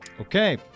Okay